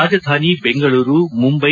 Rajdhani Bengaluru Mumbai